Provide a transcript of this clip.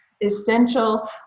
essential